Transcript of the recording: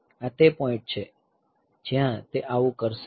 આ તે પોઈન્ટ છે જ્યાં તે આવું કરશે